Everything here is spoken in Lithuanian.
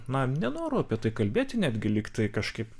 na nenoru apie tai kalbėti netgi lyg tai kažkaip